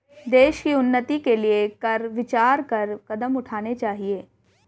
देश की उन्नति के लिए कर विचार कर कदम उठाने चाहिए